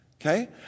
okay